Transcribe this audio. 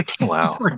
Wow